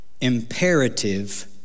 imperative